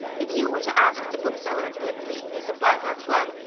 if you were to ask the bookseller at blickley, who supplies our club,